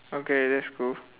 okay that's cool